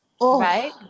right